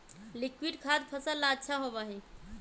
liquid खाद फसल ला अच्छा होबा हई